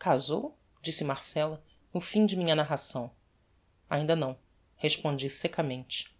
casou disse marcella no fim de minha narração ainda não respondi seccamente